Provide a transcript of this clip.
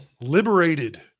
liberated